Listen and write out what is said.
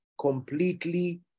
completely